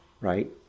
right